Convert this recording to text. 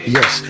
Yes